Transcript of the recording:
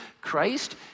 Christ